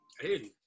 hey